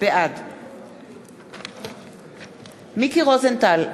בעד מיקי רוזנטל,